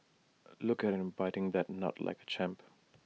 look at him biting that nut like A champ